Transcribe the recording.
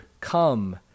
come